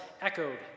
echoed